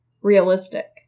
realistic